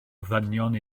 ddynion